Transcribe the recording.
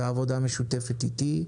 והעבודה המשותפת איתי,